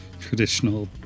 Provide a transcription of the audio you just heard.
traditional